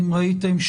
אם ראיתם,